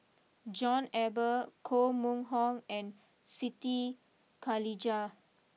John Eber Koh Mun Hong and Siti Khalijah